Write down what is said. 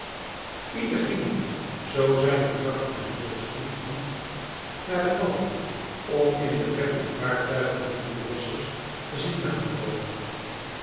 ieder ging nu zoo zijne krachten hem zulks toelieten naar de wallen om in de verte de vaartuigen hunner verlossers te zien naderkomen